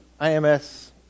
IMS